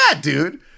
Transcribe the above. dude